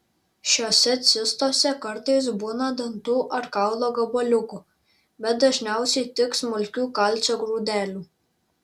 šiose cistose kartais būna dantų ar kaulo gabaliukų bet dažniausiai tik smulkių kalcio grūdelių